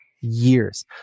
years